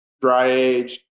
dry-aged